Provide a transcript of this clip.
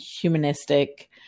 humanistic